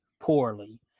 poorly